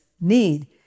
need